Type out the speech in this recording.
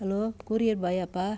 hello courier பாயாப்பா